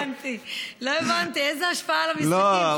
לא הבנתי, לא הבנתי, איזו השפעה על המשחקים?